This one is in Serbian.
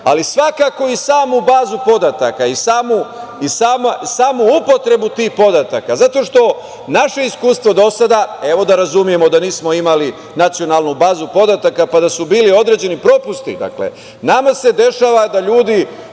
ali svakako i samu bazu podataka i samu upotrebu tih podataka, zato što naše iskustvo do sada, evo da razumemo da nismo imali nacionalnu bazu podataka, pa da su bili određeni propusti. Dakle, nama se dešava da ljudi